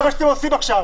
זה מה שאתם עושים עכשיו.